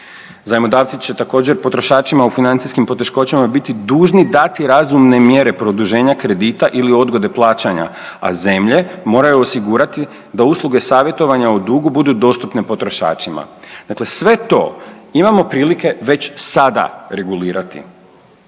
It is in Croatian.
Zajmodavci će također potrošačima u financijskim poteškoćama biti dužni dati razumne mjere produženja kredita ili odgode plaćanja, a zemlje moraju osigurati da usluge savjetovanja o dugu budu dostupne potrošačima. Dakle, sve to imamo prilike već sada regulirati.